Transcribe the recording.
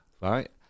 right